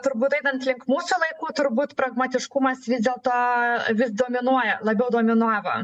turbūt einant link mūsų laikų turbūt pragmatiškumas vis dėlto vis dominuoja labiau dominavo